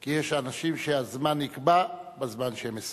כי יש אנשים שהזמן נקבע בזמן שהם מסיימים.